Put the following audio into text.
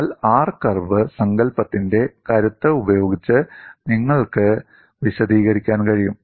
എന്നാൽ R curve സങ്കൽപ്പത്തിന്റെ കരുത്ത് ഉപയോഗിച്ച് നിങ്ങൾക്ക് വിശദീകരിക്കാൻ കഴിയും